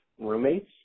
roommates